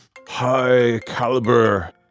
high-caliber